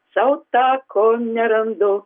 sau tako nerandu